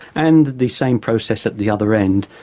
and the same process at the other end.